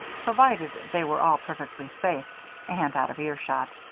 provided they were all perfectly safe and out of earshot.